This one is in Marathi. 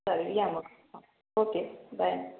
चालेल या मग ओके बाय